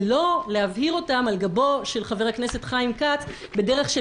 ולא להבהיר אותן על גבו של חבר הכנסת חיים כץ בדרך של